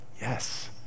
Yes